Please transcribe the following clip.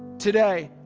today.